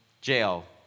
jail